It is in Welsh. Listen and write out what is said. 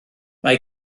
mae